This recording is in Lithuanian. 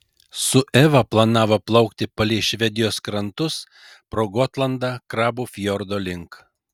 su eva planavo plaukti palei švedijos krantus pro gotlandą krabų fjordo link